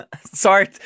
sorry